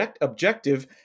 objective